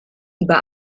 über